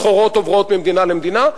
סחורות עוברות ממדינה למדינה,